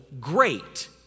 great